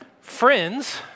Friends